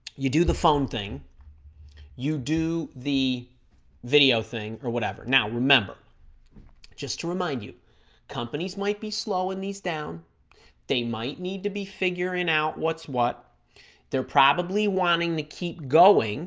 you do the phone thing you do the video thing or whatever now remember just to remind you companies might be slow in these down they might need to be figuring out what's what they're probably wanting to keep going